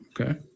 okay